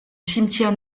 cimetière